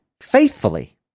faithfully